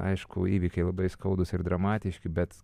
aišku įvykiai labai skaudūs ir dramatiški bet